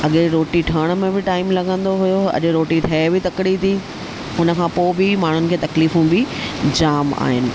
अॻे रोटी ठहण में बि टाइम लॻंदो हुओ अॼु रोटी ठहे बि तकिड़ी थी हुन खां पोइ बि माण्हुनि खे तकलीफ़ूं बि जाम आहिनि